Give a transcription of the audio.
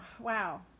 wow